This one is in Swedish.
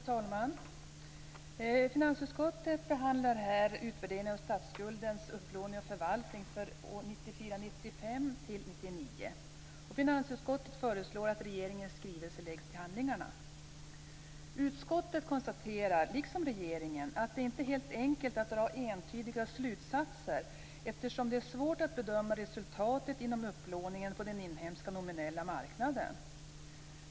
Fru talman! Finansutskottet behandlar här utvärderingen av statsskuldens upplåning och förvaltning för år 1994/95-1999. Finansutskottet föreslår att regeringens skrivelse läggs till handlingarna. Utskottet konstaterar, liksom regeringen, att det inte är helt enkelt att dra entydiga slutsatser eftersom det är svårt att bedöma resultatet inom upplåningen på den inhemska nominella marknaden.